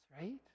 right